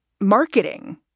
marketing